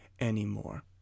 anymore